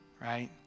right